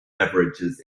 beverages